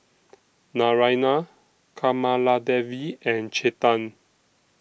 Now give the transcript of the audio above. Naraina Kamaladevi and Chetan